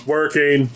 Working